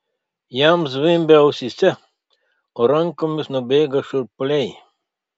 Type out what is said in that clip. jam zvimbia ausyse o rankomis nubėga šiurpuliai